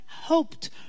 hoped